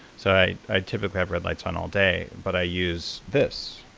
so i i typically have red lights on all day, but i use this.